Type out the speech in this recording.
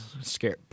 scared